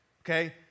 okay